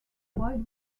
wide